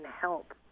help